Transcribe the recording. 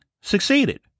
succeeded